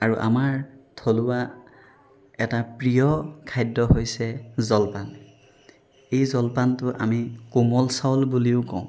আৰু আমাৰ থলুৱা এটা প্ৰিয় খাদ্য হৈছে জলপান এই জলপানটো আমি কোমল চাউল বুলিও কওঁ